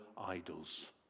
idols